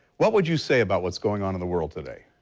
what would you say about what is going on in the world today?